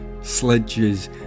sledges